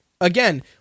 again